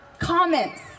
Comments